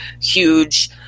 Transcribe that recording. huge